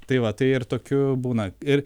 tai va tai ir tokių būna ir